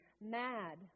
mad